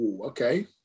Okay